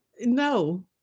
No